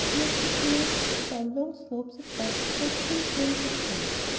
here slipping noiselessly down long slopes of rock like thin films of glass,